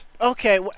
okay